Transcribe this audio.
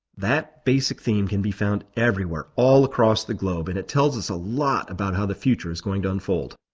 that basic theme can be found everywhere, all across the globe, and it tells us a lot about how the future is going to unfold.